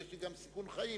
יש לי גם סיכון חיים,